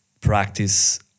practice